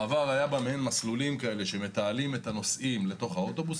בעבר היו בה מעין מסלולים שמתעלים את הנוסעים לתוך האוטובוס,